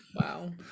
wow